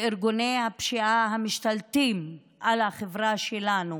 לארגוני הפשיעה המשתלטים על החברה שלנו,